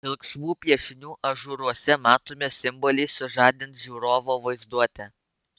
pilkšvų piešinių ažūruose matomi simboliai sužadins žiūrovo vaizduotę